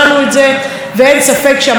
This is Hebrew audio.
ואין ספק שהמצב במדינה השתפר.